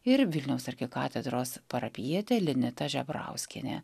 ir vilniaus arkikatedros parapijietė lineta žebrauskienė